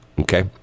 okay